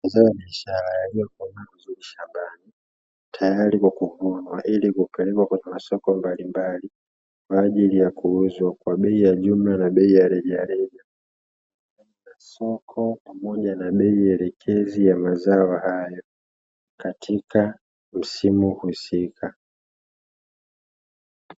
Mazao ya biashara yaliyokomaa vizuri shambani, tayari kwa kuvunwa ili kupelekwa kwenye masoko mbalimbali, kwa ajili ya kuuzwa kwa bei ya jumla na bei ya rejareja, soko pamoja na bei elekezi ya mazao hayo katika msimu husika.